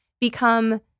become